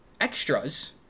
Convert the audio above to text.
extras